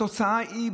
התוצאה היא,